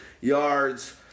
yards